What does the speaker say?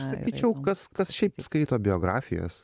sakyčiau kas kas šiaip skaito biografijas